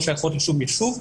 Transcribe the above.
לא שייכות לשום יישוב,